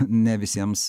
ne visiems